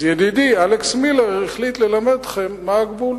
אז ידידי אלכס מילר החליט ללמד אתכם מה הגבול,